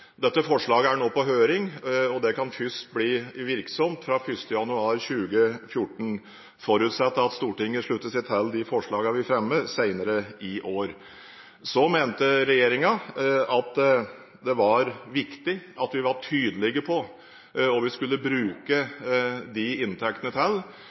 Dette forlaget er nå på høring, og det kan først bli virksomt fra 1. januar 2014 – forutsatt at Stortinget slutter seg til de forslagene vi fremmer, senere i år. Regjeringen mente det var viktig at vi var tydelige på hva vi skulle bruke de inntektene til.